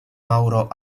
mauro